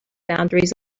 boundaries